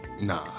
Nah